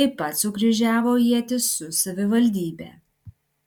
taip pat sukryžiavo ietis su savivaldybe